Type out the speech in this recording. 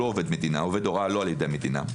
עובד מדינה עובד הוראה לא על ידי המדינה,